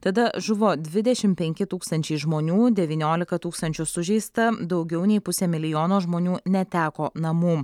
tada žuvo dvidešimt penki tūkstančiai žmonių devyniolika tūkstančių sužeista daugiau nei pusė milijono žmonių neteko namų